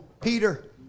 Peter